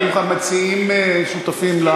האם המציעים שותפים?